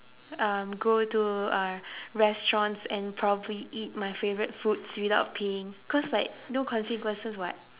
um go to uh restaurants and probably eat my favourite foods without paying because like no consequences [what]